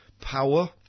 power